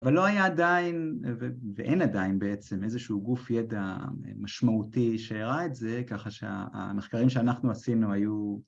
אבל לא היה עדיין, ואין עדיין בעצם, איזשהו גוף ידע משמעותי שהראה את זה, ככה שהמחקרים שאנחנו עשינו היו...